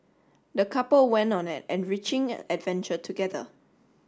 the couple went on an enriching adventure together